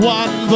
one